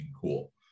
cool